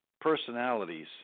personalities